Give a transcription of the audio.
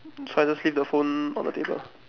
so I just leave the phone on the table